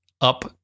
up